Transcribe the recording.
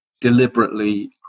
deliberately